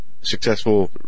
successful